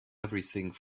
everything